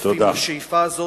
שותפים לשאיפה הזאת,